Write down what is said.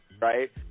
Right